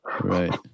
right